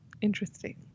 Interesting